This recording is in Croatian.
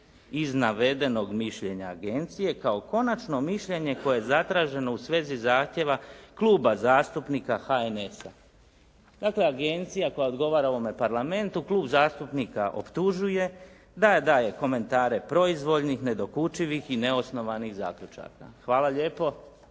iz navedenog mišljenja agencije kao konačno mišljenje koje je zatraženo u svezi zahtjeva Kluba zastupnika HNS-a. Dakle, agencija koja odgovara ovome Parlamentu, klub zastupnika optužuje da daje komentare proizvoljnih, nedokučivih i neosnovanih zaključaka. Hvala lijepo